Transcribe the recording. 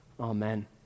Amen